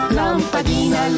lampadina